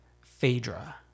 Phaedra